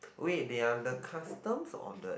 wait they are the customs or the